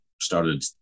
started